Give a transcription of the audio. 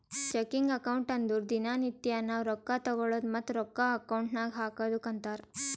checking account ಅಂದುರ್ ದಿನಾ ನಿತ್ಯಾ ನಾವ್ ರೊಕ್ಕಾ ತಗೊಳದು ಮತ್ತ ರೊಕ್ಕಾ ಅಕೌಂಟ್ ನಾಗ್ ಹಾಕದುಕ್ಕ ಅಂತಾರ್